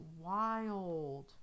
wild